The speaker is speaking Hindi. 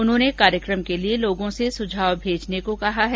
उन्होंने कार्यक्रम के लिए लोगों से सुझाव भेजने को कहा है